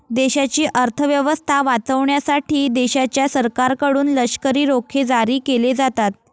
देशाची अर्थ व्यवस्था वाचवण्यासाठी देशाच्या सरकारकडून लष्करी रोखे जारी केले जातात